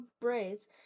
braids